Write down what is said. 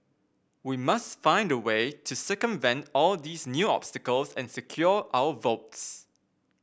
we must find a way to circumvent all these new obstacles and secure our votes